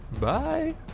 bye